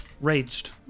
raged